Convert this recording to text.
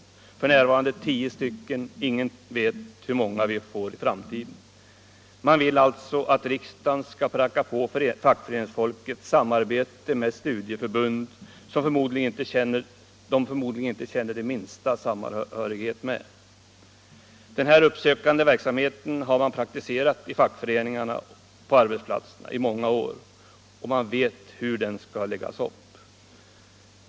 Det finns f.n. tio sådana, och ingen vet hur många vi får i framtiden. Man vill alltså att riksdagen skall pracka på fackföreningsfolket samarbete med studieförbund, som de förmodligen inte känner den minsta samhörighet med. Den här uppsökande verksamheten har man praktiserat i fackföreningarna på arbetsplatserna i många år och vet hur den skall läggas upp.